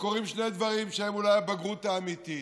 קורים שני דברים שהם אולי הבגרות האמיתית: